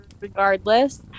regardless